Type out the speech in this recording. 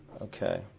Okay